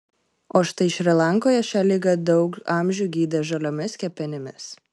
o štai šri lankoje šią ligą daug amžių gydė žaliomis kepenimis